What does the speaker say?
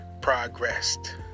progressed